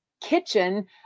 kitchen